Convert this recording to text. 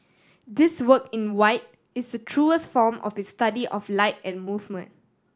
this work in white is truest form of his study of light and movement